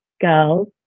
girls